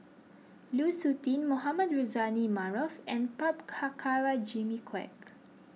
Lu Suitin Mohamed Rozani Maarof and Prabhakara Jimmy Quek